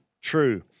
true